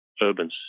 urban